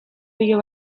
pilo